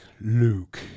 Luke